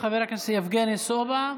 חבר הכנסת יבגני סובה,